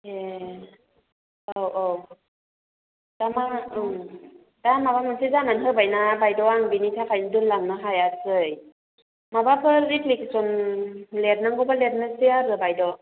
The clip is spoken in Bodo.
ए औ औ दाना ओं दा माबा मोनसे जानानै होबाय ना बायद' आं बेनि थाखायनो दोनलांनो हायासै माबाफोर एप्लिकेसनफोर लिरनांगौब्ला लिरनोसै आरो बायद'